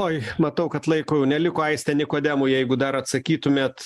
oi matau kad laiko jau neliko aiste nikodemo jeigu dar atsakytumėt